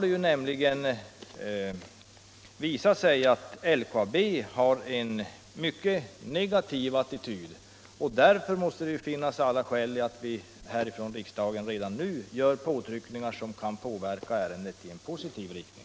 Det har visat sig att LKAB har en mycket negativ attityd till det projektet. Därför måste det finnas alla skäl för riksdagen att göra påtryckningar som redan nu kan påverka ärendet i positiv riktning.